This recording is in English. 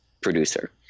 producer